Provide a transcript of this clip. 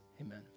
Amen